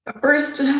First